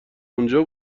اونجا